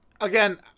again